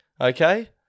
Okay